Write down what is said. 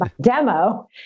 demo